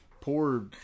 Poor